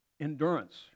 Endurance